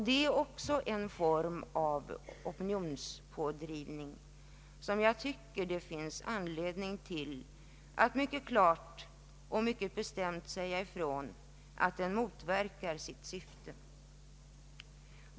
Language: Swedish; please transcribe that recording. Det är också en form av opinionspådrivning, och jag tycker det finns anledning till att mycket klart och mycket bestämt säga ifrån att den motverkar sitt syfte.